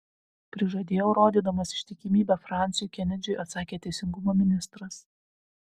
prižadėjau rodydamas ištikimybę fransiui kenedžiui atsakė teisingumo ministras